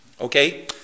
Okay